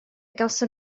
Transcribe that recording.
gawson